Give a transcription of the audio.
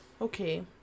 okay